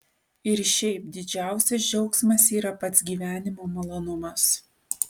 ir šiaip didžiausias džiaugsmas yra pats gyvenimo malonumas